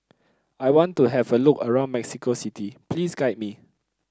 I want to have a look around Mexico City please guide me